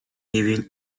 given